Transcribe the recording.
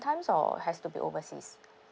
times or has to be overseas